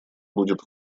будет